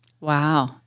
Wow